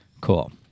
Cool